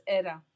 era